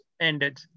ended